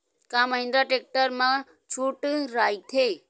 का महिंद्रा टेक्टर मा छुट राइथे?